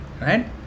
Right